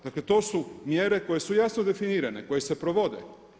Dakle, to su mjere koje su jasno definirane, koje se provode.